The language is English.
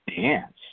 dance